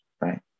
right